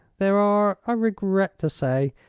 there are, i regret to say,